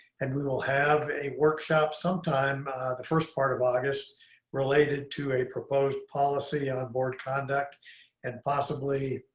and we will have a workshop sometime the first part of august related to a proposed policy on board conduct and possibly